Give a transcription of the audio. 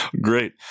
Great